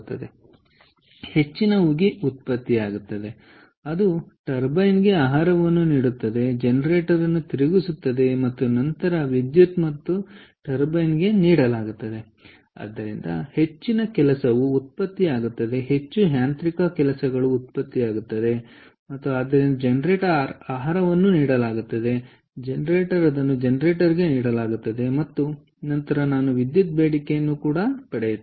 ಆದ್ದರಿಂದ ಹೆಚ್ಚಿನ ಉಗಿ ಉತ್ಪತ್ತಿಯಾಗುತ್ತದೆ ಅದು ಟರ್ಬೈನ್ಗೆ ಆಹಾರವನ್ನು ನೀಡುತ್ತದೆ ಅದು ಜನರೇಟರ್ ಅನ್ನು ತಿರುಗಿಸುತ್ತದೆ ಮತ್ತು ನಂತರ ವಿದ್ಯುತ್ ಮತ್ತು ಆದ್ದರಿಂದ ಟರ್ಬೈನ್ ಗೆ ನೀಡಲಾಗುತ್ತದೆ ಆದ್ದರಿಂದ ಹೆಚ್ಚಿನ ಕೆಲಸವು ಉತ್ಪತ್ತಿಯಾಗುತ್ತದೆ ಹೆಚ್ಚು ಯಾಂತ್ರಿಕ ಕೆಲಸಗಳು ಉತ್ಪತ್ತಿಯಾಗುತ್ತವೆ ಮತ್ತು ಆದ್ದರಿಂದ ಜನರೇಟರ್ ಗೆ ಆಹಾರವನ್ನು ನೀಡಲಾಗುತ್ತದೆ ಜನರೇಟರ್ ಅದನ್ನು ಜನರೇಟರ್ಗೆ ನೀಡಲಾಗುತ್ತದೆ ಮತ್ತು ನಂತರ ನಾನು ವಿದ್ಯುತ್ ಬೇಡಿಕೆಯನ್ನು ಪಡೆಯುತ್ತೇನೆ